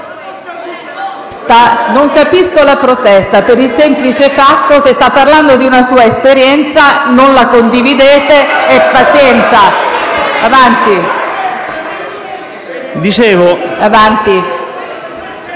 non capisco la protesta, per il semplice fatto che sta parlando di una sua esperienza. Non lo condividete, pazienza. Avanti.